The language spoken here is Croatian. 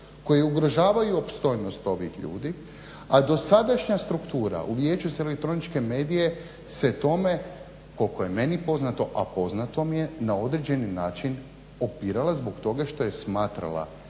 koja ugrožavaju opstojnost ovih ljudi, a dosadašnja struktura u Vijeću za elektroničke medije se tome koliko je meni poznato, a poznato mi je na određeni način opirala zbog toga što je smatrala